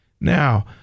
Now